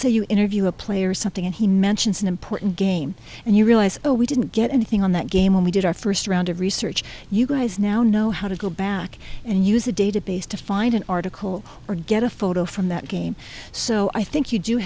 say you interview a play or something and he mentions an important game and you realize oh we didn't get anything on that game when we did our first round of research you guys now know how to go back and use a database to find an article or get a photo from that game so i think you do